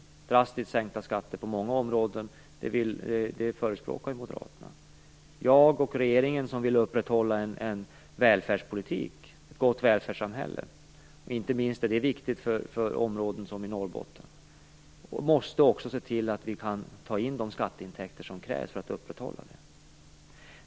Moderaterna förespråkar ju drastiskt sänkta skatter på många områden. Jag och regeringen vill upprätthålla en välfärdspolitik och ett gott välfärdssamhälle. Det är inte minst viktigt för områden som Norrbotten. Då måste vi också se till att vi kan ta in de skatteintäkter som krävs för att upprätthålla denna politik.